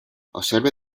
observe